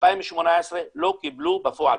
2018 לא קיבלו בפועל.